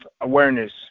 awareness